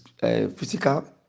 physical